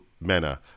manner